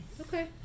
Okay